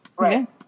Right